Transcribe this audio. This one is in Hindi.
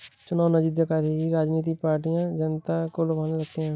चुनाव नजदीक आते ही राजनीतिक पार्टियां जनता को लुभाने लगती है